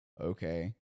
okay